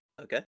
Okay